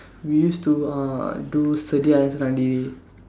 we use to uh do sedia and senang diri